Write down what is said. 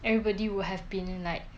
everybody would have been like